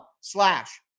slash